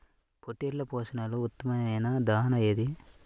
పొట్టెళ్ల పోషణలో ఉత్తమమైన దాణా ఏది?